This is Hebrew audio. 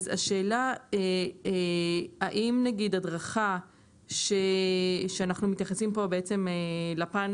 השאלה האם הדרכה שאנחנו מתייחסים פה לפן